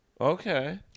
okay